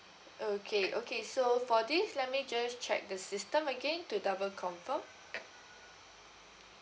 okay okay so for this let me just check the system again to double confirm